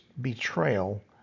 betrayal